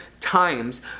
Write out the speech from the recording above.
times